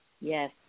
Yes